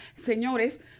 Señores